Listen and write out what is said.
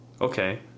Okay